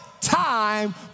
time